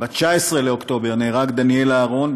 ב-19 באוקטובר נהרג דניאל אהרון,